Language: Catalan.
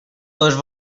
les